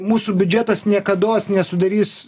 mūsų biudžetas niekados nesudarys